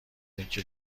اینکه